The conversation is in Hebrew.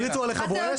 השפריצו עליך בואש?